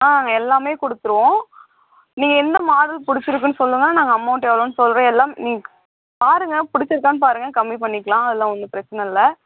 ஆ எல்லாமே கொடுத்துடுவோம் நீங்கள் எந்த மாடல் பிடிச்சிருக்குன்னு சொல்லுங்கள் நாங்கள் அமொண்ட் எவ்வளோன்னு சொல்லுறேன் எல்லாம் நீங்கள் பாருங்கள் பிடிச்சிருக்கான்னு பாருங்கள் கம்மிப் பண்ணிக்கலாம் அதெலாம் ஒன்றும் பிரச்சனை இல்லை